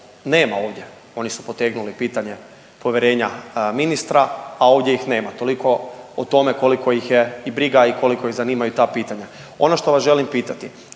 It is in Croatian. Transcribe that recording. nema ovdje. Oni su potegnuli pitanje povjerenja ministra, a ovdje ih nema. Toliko o tome koliko ih je i briga i koliko ih zanimaju ta pitanja. Ono što vas želim pitati,